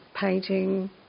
painting